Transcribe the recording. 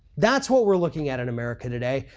that's what we're looking at in america today,